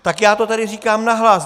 Tak já to tady říkám nahlas.